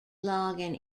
logging